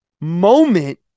moment